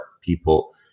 people